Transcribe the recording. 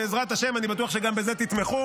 בעזרת השם, אני בטוח שגם בזה תתמכו.